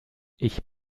ich